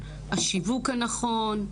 השיווק הנכון,